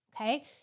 okay